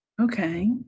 Okay